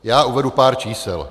Já uvedu pár čísel.